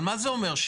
אבל מה זה אומר?